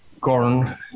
corn